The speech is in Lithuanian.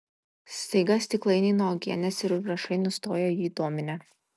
staiga stiklainiai nuo uogienės ir užrašai nustojo jį dominę